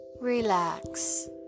relax